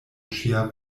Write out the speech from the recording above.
ŝia